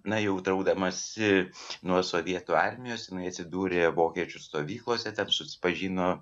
na jau traukdamasi nuo sovietų armijos jinai atsidūrė vokiečių stovyklose ten susipažino